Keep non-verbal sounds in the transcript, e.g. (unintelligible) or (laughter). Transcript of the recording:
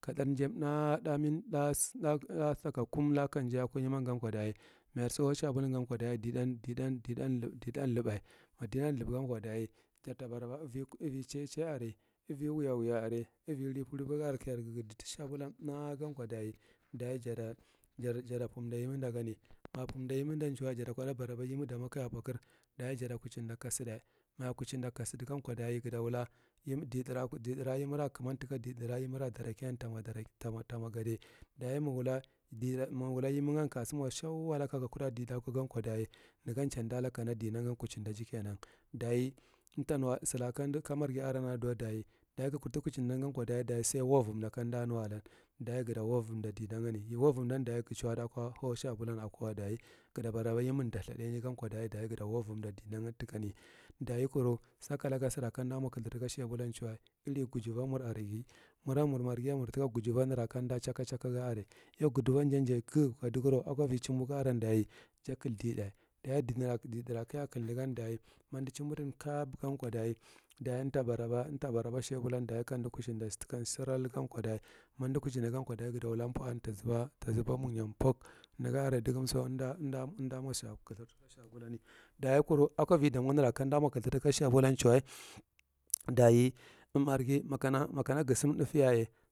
Ka thāgth jay umthah thāgth min thāgth saka kunga (unintelligible) laa jaye kuyeman kodaye majar sihau shabula ko daye dine dan dihe dom luba ma dinom lub gan ko daye jar ta baraba uvi chai chai ara uvi waya wuya are uvi libu libu ga are ka jar guguffi tishabulan thāgth gan ko daye ja ta pumda yimi dagane ma ja pumda yemida daye jata kodda baraba dame kaja purthkir daye jata kuchinsd ka sidar ma ja kuchinda ka sida gan ko daye gata wula yemi dihedira yemira kunma tika dihedira yemira kunuma tika dihedira yemira danake tamo gadi daye ma ha wula yemi kasilo shwala ka kudda diheddi yan ko daye negan chan da layu kana dinaghan kuchindaahi, daye umtanulak sira ka marghi are duwa daye ga kurti kuchimdan gan ko daye sai louvomda kanda nuwa ye wuvom dan daye ga chuwata hau shabulou na kowa daye ga ta baraba yemi dathingtnye gan ko daye gata wuvomda dina gan tikan daye kur sakalaka sira kandamo khami tika shabudo chuwa injiri gujuba mur are ghi mor marghi mur tika ajujiba mur da kamda chaka chanka ga are yau gugiba jan ga gugubkaohegural a ko ivi chumbo garan daye ja kldicheda daye dihedra ka jakle daye ma umda chumbudun capo gan ko daye umto baraba shabulanki daye kaudi kuchinda suran gam ko daye ma umda kuchinda gan ko daye guta wula peran ba zaba munye pok, nega are digun umda mo khuti shabulami, daye kar a ko ivi damo nera ka umda mo khur tishabula chuwa daye marghi makana gusinu thupeye.